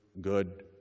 good